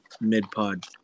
mid-pod